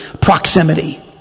proximity